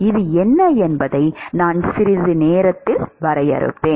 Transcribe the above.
இது என்ன என்பதை நான் சிறிது நேரத்தில் வரையறுப்பேன்